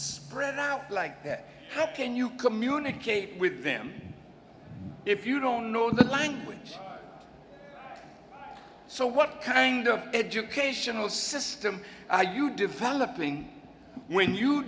spread out like that how can you communicate with them if you don't know the language so what kind of educational system are you developing when you